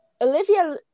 Olivia